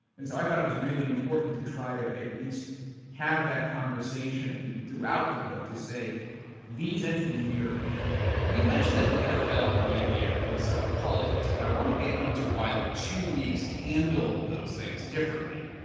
and so i thought it was really important to try to at least have that conversation throughout the book to say these entities mirror each other. you mentioned that the nfl and the um nba are both selling politics, but i want to get into why the two leagues handle those things differently.